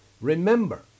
remember